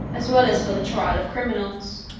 as well as for the trial of criminals,